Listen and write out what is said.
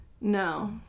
no